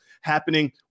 happening